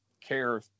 care